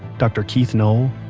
dr. keith noll,